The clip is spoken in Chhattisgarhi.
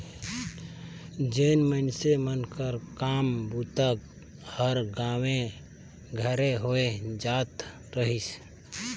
जेन मइनसे मन कर काम बूता हर गाँवे घरे होए जात रहिस